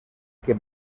que